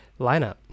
lineup